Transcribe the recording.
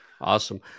awesome